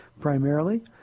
primarily